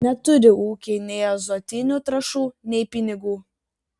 neturi ūkiai nei azotinių trąšų nei pinigų